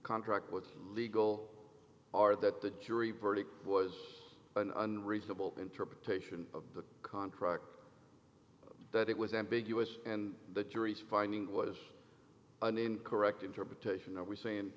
contract with legal are that the jury verdict was an unreasonable interpretation of the contract that it was ambiguous and the jury's finding was an incorrect interpretation are we saying